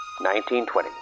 1920